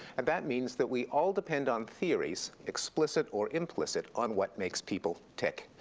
and that means that we all depend on theories, explicit or implicit, on what makes people tick.